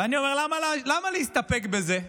ואני אומר, למה להסתפק בזה?